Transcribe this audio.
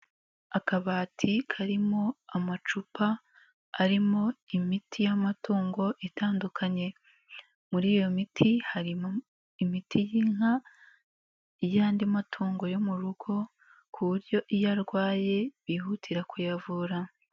Akabati karimo amacupa arimo imiti y'amatungo itandukanye, muri iyo miti harimo imiti y'inka, iy'andi matungo yo mu rugo ,ku buryo iyo arwaye bihutira ku yavura.